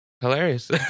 hilarious